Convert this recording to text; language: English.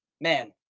Man